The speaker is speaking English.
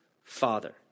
father